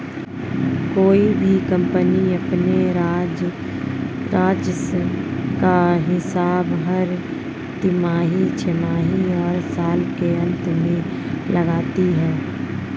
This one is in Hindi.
कोई भी कम्पनी अपने राजस्व का हिसाब हर तिमाही, छमाही और साल के अंत में लगाती है